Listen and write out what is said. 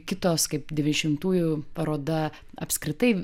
kitos kaip devyniasdešimtųjų paroda apskritai